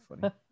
funny